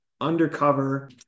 undercover